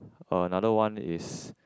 another one is